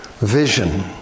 vision